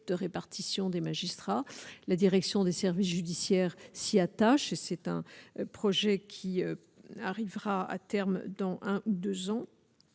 de répartition des magistrats, la direction des services judiciaires s'y attache, et c'est un projet qui arrivera à terme dans un ou 2 ans,